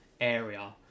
area